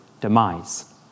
demise